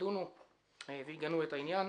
ידונו ויגנו את העניין.